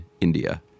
India